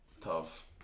tough